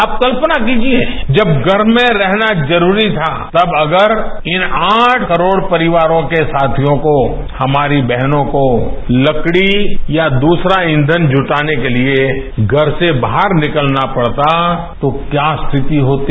आप कल्पना कीजिए जब घर में रहना जरूरी था तब अगर इन आठ करोड परिवारों के साथियों को हमारी बहनों को लकडी या दुसरा ईंघन जुटाने के लिए घर से बाहर निकलना पडता तो क्या स्थिति होती